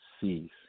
cease